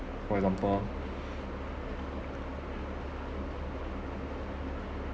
for example